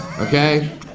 okay